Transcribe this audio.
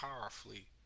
powerfully